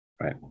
Right